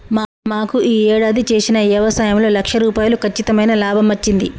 మాకు యీ యేడాది చేసిన యవసాయంలో లక్ష రూపాయలు కచ్చితమైన లాభమచ్చింది